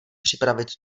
připravit